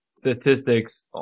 statistics